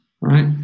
Right